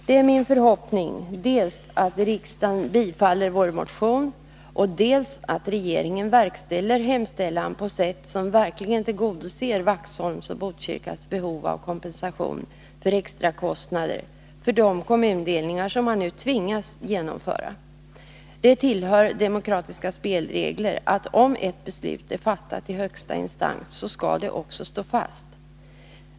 Det är min förhoppning dels att riksdagen bifaller vår motion, dels att regeringen verkställer hemställan på sätt som verkligen tillgodoser Vaxholms och Botkyrkas behov av kompensation för extrakostnader för de kommundelningar som man nu tvingas genomföra. Det tillhör demokratiska spelregler att om ett beslut är fattat i högsta instans så skall det också stå fast.